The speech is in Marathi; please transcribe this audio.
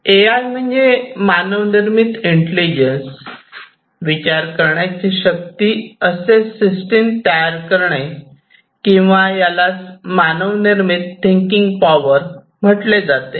ए आय म्हणजे मानव निर्मित इंटेलिजन्स विचार करण्याची शक्ती असेच सिस्टम तयार करणे किंवा यालाच मानव निर्मित थिंकींग पॉवर म्हटले जाते